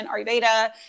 Ayurveda